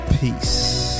Peace